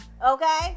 Okay